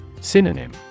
Synonym